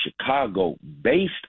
Chicago-based